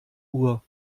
uhr